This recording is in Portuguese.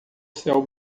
céu